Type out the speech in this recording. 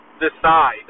decide